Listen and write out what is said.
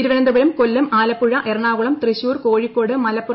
Thiruvananthapuram Kollam Alappuzha Ernakulam Thrissur Kozhikode Malappuram Kannur